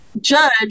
judge